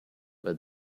but